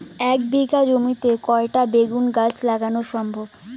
এক বিঘা জমিতে কয়টা বেগুন গাছ লাগানো সম্ভব?